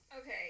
Okay